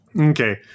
Okay